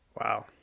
Wow